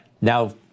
Now